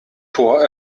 tor